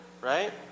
right